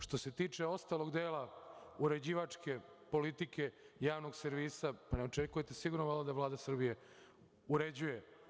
Što se tiče ostalog dela uređivačke politike javnog servisa, ne očekujte valjda da Vlada Srbije uređuje.